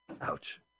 Ouch